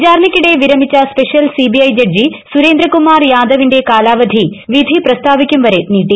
വിചാരണക്കിടെ വിരമിച്ച special CBI judge Surendra Kumar യാദവിൻറെ കാലാവധി വ്വിധി പ്രസ്താവിക്കും വരെ നീട്ടി